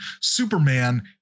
Superman